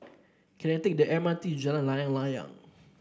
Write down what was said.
can I take the M R T Jalan Layang Layang